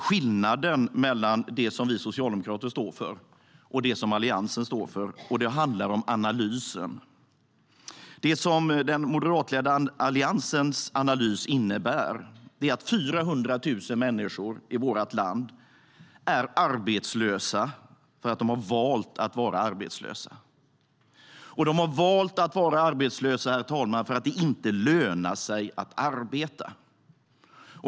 Skillnaden finns mellan vad vi socialdemokrater står för och det som Alliansens står för, och det handlar om analysen. Den moderatledda Alliansens analys innebär att 400 000 människor i vårt land är arbetslösa för att de har valt att vara arbetslösa. De har valt att vara arbetslösa, herr talman, därför att det inte lönar sig att arbeta.